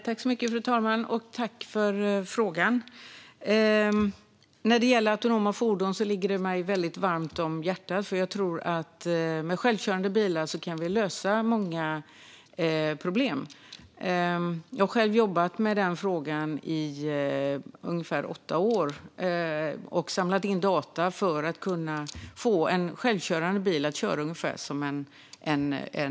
Fru talman! Tack, ledamoten, för frågan! Detta med autonoma fordon ligger mig väldigt varmt om hjärtat. Jag tror att vi med självkörande bilar kan lösa många problem. Jag har själv jobbat med frågan i ungefär åtta år och samlat in data för att kunna få en självkörande bil att köra ungefär som en mänsklig förare.